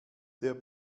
der